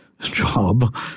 job